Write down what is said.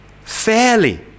fairly